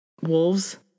wolves